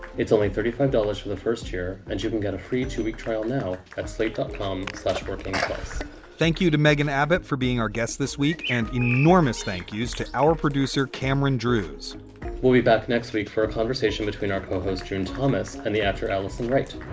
it's only thirty five dollars for the first year and you can get a free two week trial now at slate dot com slash working plus thank you to megan abbott for being our guest this week and enormous thank you's to our producer, cameron drewes we'll be back next week for a conversation between our co-host john thomas and the actor allison. right.